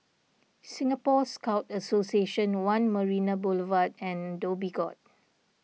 Singapore Scout Association one Marina Boulevard and Dhoby Ghaut